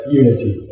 unity